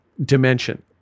dimension